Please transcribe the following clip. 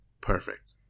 Perfect